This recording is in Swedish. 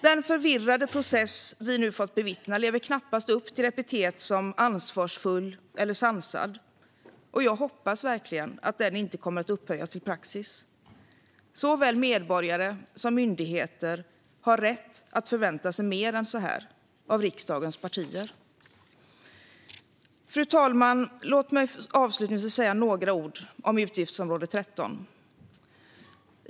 Den förvirrade process vi nu fått bevittna lever knappast upp till epitet som ansvarsfull eller sansad. Jag hoppas verkligen att den inte kommer att upphöjas till praxis. Såväl medborgare som myndigheter har rätt att förvänta sig mer än så här av riksdagens partier. Fru talman! Låt mig avslutningsvis säga några ord om utgiftsområde 13.